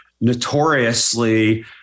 notoriously